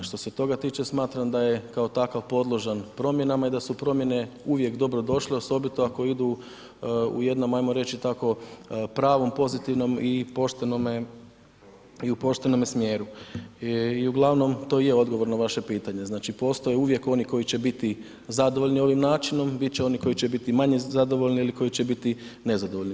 Što se toga tiče smatram da je kao takav podložan promjenama i da su promjene uvijek dobrodošle osobito ako idu u jednom ajmo reći tako, pravom, pozitivnom i poštenome smjeru i uglavnom to je odgovor na vaše pitanje, znači postoje uvijek oni koji će biti zadovoljni ovim načinom, bit će onih koji će biti manje zadovoljni ili koji će biti nezadovoljni.